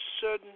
certain